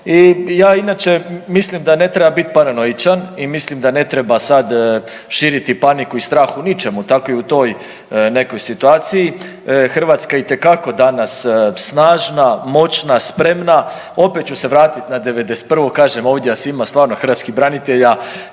ja inače mislim da ne treba biti paranoičan i mislim da ne treba sad širiti paniku i strah u ničemu, tako i u toj nekoj situaciji. Hrvatska je itekako danas snažna, moćna, spremna, opet ću se vratiti na '91., kažem, ovdje nas ima stvarno, hrvatskih branitelja.